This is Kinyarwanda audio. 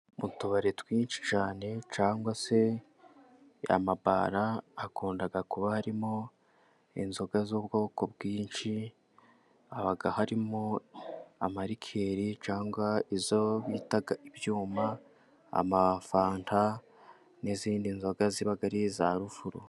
Mu tubari twinshi cyane cyangwa se amabara akunda kuba harimo inzoga z'ubwoko bwinshi haba harimo amarikeri cyangwa izo bitaga ibyuma, amafanta n'izindi nzoga ziba ari nziza.